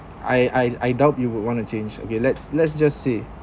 I I I doubt you would want to change okay let's let's just say